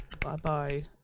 Bye-bye